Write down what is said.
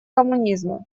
коммунизма